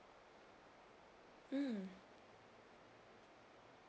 mm